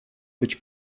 być